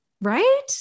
Right